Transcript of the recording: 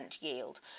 yield